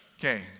Okay